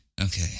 okay